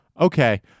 okay